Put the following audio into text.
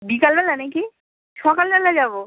বিকালবেলা নাকি সকালবেলা যাবো